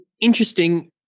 interesting